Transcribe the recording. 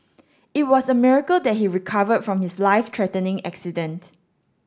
it was a miracle that he recovered from his life threatening accident